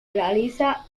realiza